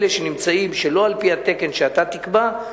אלה שנמצאים שלא על-פי התקן שאתה תקבע,